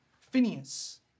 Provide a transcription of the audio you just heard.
Phineas